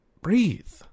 Breathe